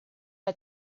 are